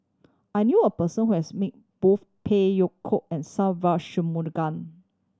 I knew a person who has meet both Phey Yew Kok and Sa Va